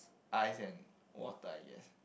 ice and water yes